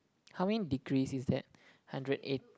how many degrees is that hundred eight